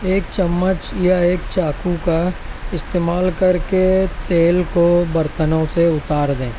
ایک چمچ یا ایک چاقو کا استعمال کر کے تیل کو برتنوں سے اتار دیں